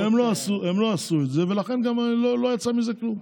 והם לא עשו את זה ולכן גם לא יצא מזה כלום.